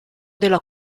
della